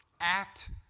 Act